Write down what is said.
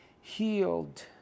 healed